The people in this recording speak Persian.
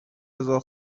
رضا